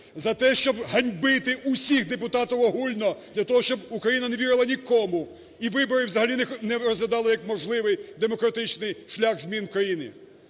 за те, щоб ганьбити усіх депутатів огульно для того, щоб Україна не вірила нікому і вибори взагалі не розглядали як можливий демократичний шлях змін в країні.